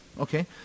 Okay